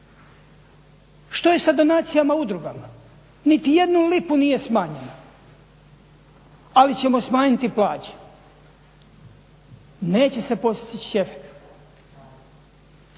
Što je sa donacijama udrugama? Niti jednu lipu nije smanjena, ali ćemo smanjiti plaće. Neće se postići efekat.